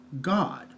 God